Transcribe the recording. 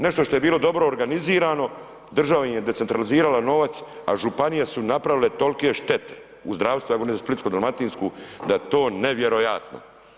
Nešto što je bilo dobro organizirano, država im je decentralizirala novac, a županije su napravile tolike štete u zdravstvu, evo i za Splitsko-dalmatinsku da je to nevjerojatno.